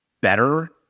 better